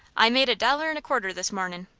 i've made a dollar and a quarter this mornin'.